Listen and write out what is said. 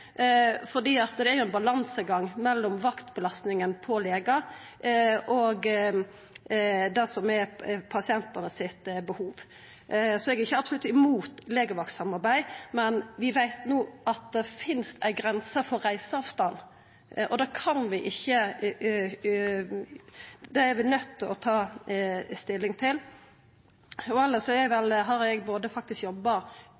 det er ein balansegang mellom vaktbelastninga på legar og det som er behovet til pasientane. Eg er ikkje absolutt imot legevaktsamarbeid, men vi veit at det finst ei grense for reiseavstand, og det er vi nøydde til å ta stilling til. Elles har eg faktisk jobba både på legevakt og i ambulanse, så